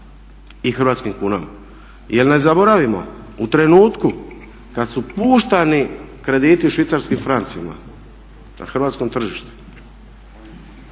i hrvatskim kunama. Jer ne zaboravimo u trenutku kad su puštani krediti u švicarskim francima na hrvatskom tržištu,